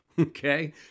Okay